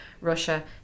Russia